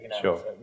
Sure